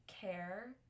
care